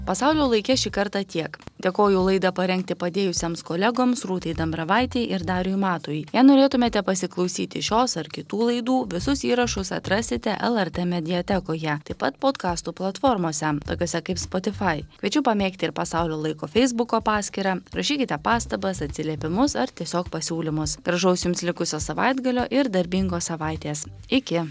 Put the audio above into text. pasaulio laike šį kartą tiek dėkoju laidą parengti padėjusiems kolegoms rūtai dambravaitei ir dariui matui jei norėtumėte pasiklausyti šios ar kitų laidų visus įrašus atrasite lrt mediatekoje taip pat potkastų platformose tokiose kaip spotifai kviečiu pamėgti ir pasaulio laiko feisbuko paskyrą rašykite pastabas atsiliepimus ar tiesiog pasiūlymus gražaus jums likusio savaitgalio ir darbingos savaitės iki